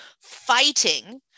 fighting